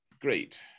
great